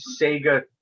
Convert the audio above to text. Sega